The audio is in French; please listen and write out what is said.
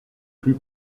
plus